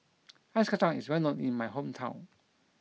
Ice Kacang is well known in my hometown